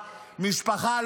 בדקנו.